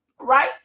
right